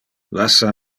lassa